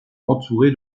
entourée